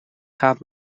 gaat